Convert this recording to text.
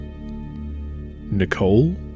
Nicole